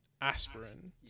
Aspirin